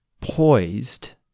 poised